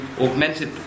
augmented